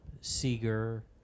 Seeger